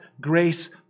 grace